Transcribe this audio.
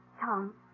Tom